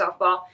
softball